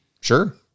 Sure